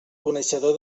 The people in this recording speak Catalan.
coneixedor